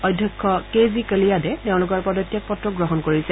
অধ্যক্ষ K G কলিয়াদে তেওঁলোকৰ পদত্যাগ পত্ৰ গ্ৰহণ কৰিছে